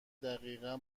دقیقا